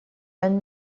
and